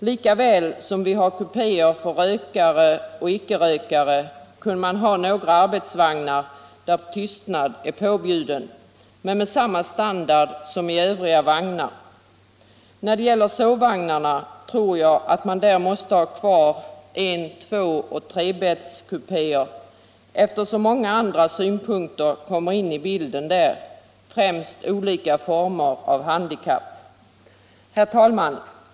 Lika väl som det finns kupéer för rökare och icke rökare kunde man ha några arbetsvagnar där tystnad var påbjuden men som hade samma standard som Övriga vagnar. I sovvagnarna måste man nog ha kvar en-, två och trebäddskupéer, eftersom här många andra synpunkter kommer in i bilden, främst olika former av handikapp. Herr talman!